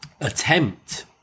attempt